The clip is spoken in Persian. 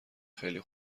خیلی